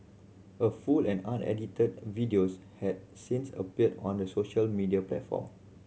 a full and unedited videos had since appeared on the social media platform